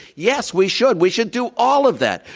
yes, we should. we should do all of that.